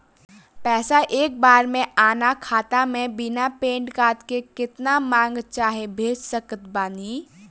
पैसा एक बार मे आना खाता मे बिना पैन कार्ड के केतना मँगवा चाहे भेज सकत बानी?